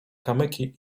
kamyki